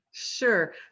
Sure